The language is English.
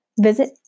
Visit